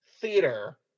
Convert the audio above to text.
theater